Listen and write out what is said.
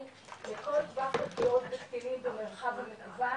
לכל טווח גילאי קטינים במרחב המקוון,